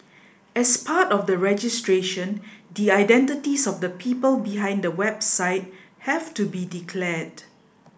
as part of the registration the identities of the people behind the website have to be declared